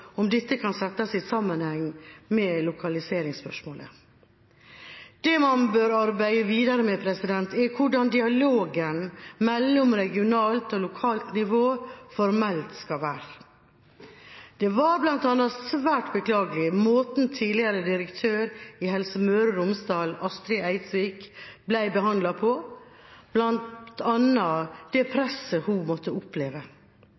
om dette kan ses i sammenheng med lokaliseringsspørsmålet. Det man bør arbeide videre med, er hvordan dialogen mellom regionalt og lokalt nivå formelt skal være. Måten tidligere direktør i Helse Møre og Romsdal, Astrid Eidsvik, ble behandlet på, var svært beklagelig – bl.a. det presset hun måtte oppleve.